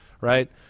right